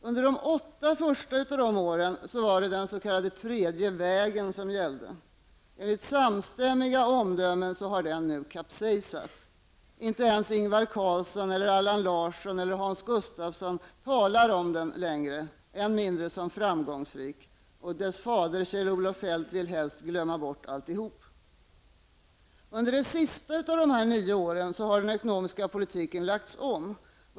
Under de första åtta åren var det den s.k. tredje vägen som gällde. Enligt samstämmiga omdömen har den nu kapsejsat. Inte ens Ingvar Carlsson eller Allan Larsson talar om den som framgångsrik -- än mindre dess fader, Kjell-Olof Feldt, som helst vill glömma bort alltihop. Under det sista av dessa nio år har den ekonomiska politiken lagts om.